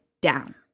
down